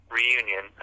reunion